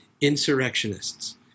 insurrectionists